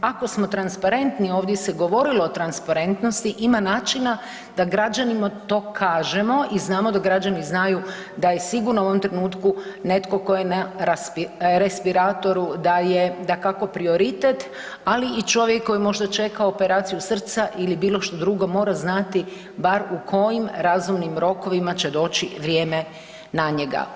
Ako smo transparentni, ovdje se govorilo o transparentnosti ima načina da građanima to kažemo i znamo da građani znaju da je sigurno u ovom trenutku netko tko je na respiratoru da je dakako prioritet, ali čovjek koji možda čeka operaciju srca ili bilo što drugo mora znati bar u kojim razumnim rokovima će doći vrijeme na njega.